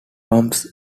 bumps